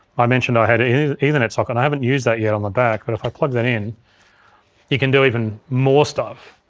i mentioned i had an ethernet socket and i haven't used that yet on the back but if i plug that in you can do even more stuff.